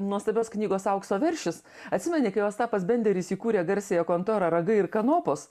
nuostabios knygos aukso veršis atsimeni kai ostapas benderis įkūrė garsiąją kontorą ragai ir kanopos